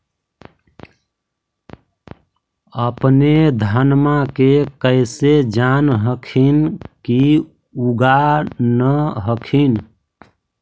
अपने धनमा के कैसे जान हखिन की उगा न हखिन?